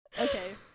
Okay